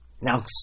Now